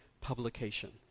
publication